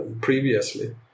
previously